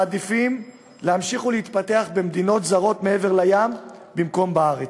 מעדיפים להמשיך להתפתח במדינות זרות מעבר לים במקום בארץ.